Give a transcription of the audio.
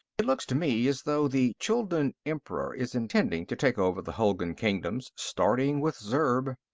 it looks to me as though the chuldun emperor is intending to take over the hulgun kingdoms, starting with zurb.